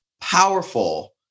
powerful